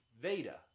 Veda